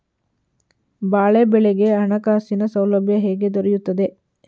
ಬಾಳೆ ಬೆಳೆಗೆ ಹಣಕಾಸಿನ ಸೌಲಭ್ಯ ಹೇಗೆ ದೊರೆಯುತ್ತದೆ?